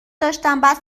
داشتن، بعد